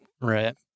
Right